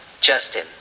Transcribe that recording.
Justin